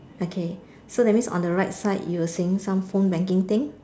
okay so that means on the right side you were seeing some phone banking thing